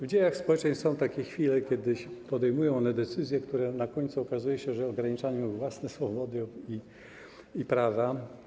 W dziejach społeczeństw są takie chwile, kiedy podejmują one decyzje, które na końcu okazuje się, że ograniczają własne swobody i prawa.